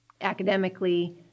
academically